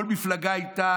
כל מפלגה הייתה